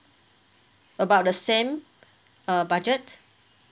about the same uh budget